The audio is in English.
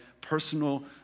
personal